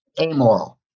amoral